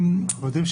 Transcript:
אני אומר כך,